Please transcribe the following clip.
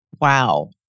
wow